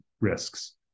risks